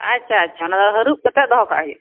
ᱟᱪᱪᱷᱟ ᱟᱪᱪᱷᱟ ᱚᱱᱟᱫᱚ ᱦᱟᱹᱲᱩᱵ ᱠᱟᱛᱮᱫ ᱫᱚᱦᱚ ᱠᱟᱜ ᱦᱩᱭᱩᱜᱼᱟ